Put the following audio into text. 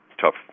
tough